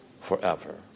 forever